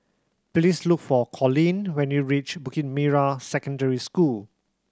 please look for Collin when you reach Bukit Merah Secondary School